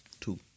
two